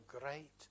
great